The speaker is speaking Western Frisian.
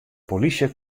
polysje